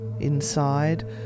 Inside